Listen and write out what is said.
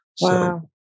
Wow